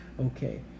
Okay